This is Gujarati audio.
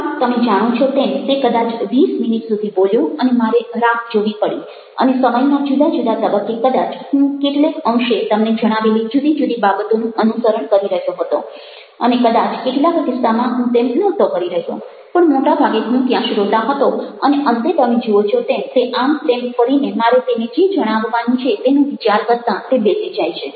પણ તમે જાણો છો તેમ તે કદાચ વીસ મિનિટ સુધી બોલ્યો અને મારે રાહ જોવી પડી અને સમયના જુદા જુદા તબક્કે કદાચ હું કેટલેક અંશે તમને જણાવેલી જુદી જુદી બાબતોનું અનુસરણ કરી રહ્યો હતો અને કદાચ કેટલાક કિસ્સામાં હું તેમ નહોતો કરી રહ્યો પણ મોટાભાગે હું ત્યાં શ્રોતા હતો અને અંતે તમે જુઓ છો તેમ તે આમતેમ ફરીને મારે તેને જે જણાવવાનું છે તેનો વિચાર કરતાં તે બેસી જાય છે